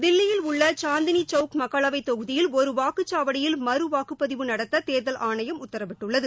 தில்லியில் உள்ள சாந்தினி சவுக் மக்களவைத் தொகுதியில் ஒரு வாக்குச்சாவடியில் மறுவாக்குப்பதிவு நடத்த தேர்தல் ஆணையம் உத்தரவிட்டுள்ளது